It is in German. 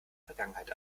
vergangenheit